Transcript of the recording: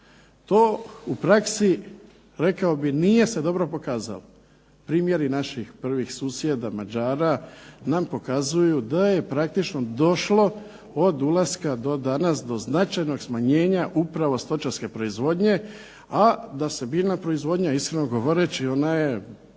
To u praksi rekao bih nije se dobro pokazalo. Primjeri naših prvih susjeda Mađara nam pokazuju da je praktično došlo od ulaska do danas do značajnog smanjenja upravo stočarske proizvodnje, a da se biljna proizvodnja iskreno govoreći ona je